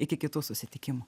iki kitų susitikimų